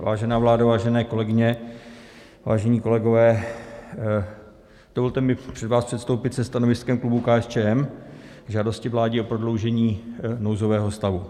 Vážená vládo, vážené kolegyně, vážení kolegové, dovolte mi před vás předstoupit se stanoviskem klubu KSČM k žádosti vlády o prodloužení nouzového stavu.